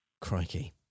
Crikey